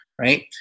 right